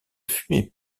fumait